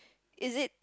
is it